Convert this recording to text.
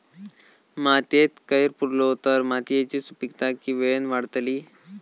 मातयेत कैर पुरलो तर मातयेची सुपीकता की वेळेन वाडतली?